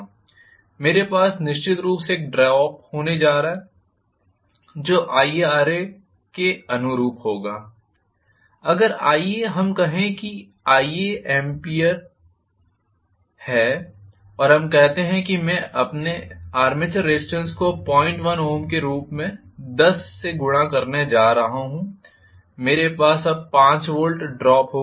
मेरे पास निश्चित रूप से एक ड्रॉप होने जा रहा है जो IaRa के अनुरूप होगा अगर आइए हम कहें Ia A है और हम कहते हैं कि मैं अपने आर्मेचर रेजिस्टेंस को 05 ओम के रूप में 10 से गुणा करने जा रहा हूं मेरे पास अब 5 Vड्रॉप होगा